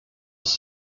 was